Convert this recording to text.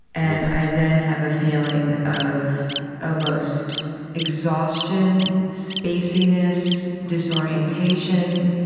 and i then have a feeling of almost exhaustion, spaciness, disorientation,